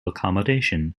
accommodation